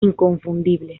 inconfundible